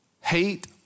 hate